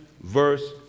verse